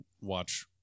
watch